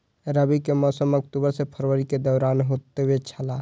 रबी के मौसम अक्टूबर से फरवरी के दौरान होतय छला